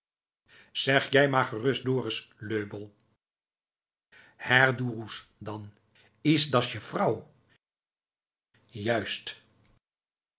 zeg jij maar gerust dorus löbell herr doroes dann ist das je vrouw juist